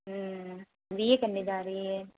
B A करने जा रही हैं